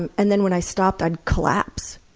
and and then when i stopped i would collapse,